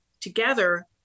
together